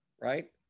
Right